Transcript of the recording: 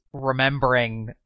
remembering